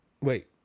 wait